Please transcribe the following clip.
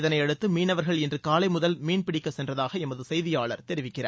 இதனையடுத்து மீளவர்கள் இன்று காலைமுதல் மீன்பிடிக்க சென்றதாக எழகு செய்தியாளர் தெரிவிக்கிறார்